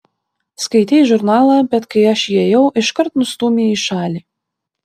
skaitei žurnalą bet kai aš įėjau iškart nustūmei į šalį